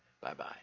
Bye-bye